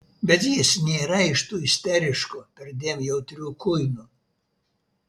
bet jis nėra iš tų isteriškų perdėm jautrių kuinų